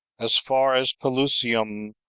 as far as pelusium,